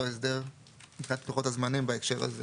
הסדר מבחינת לוחות הזמנים בהקשר הזה.